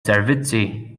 servizzi